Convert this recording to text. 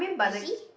you see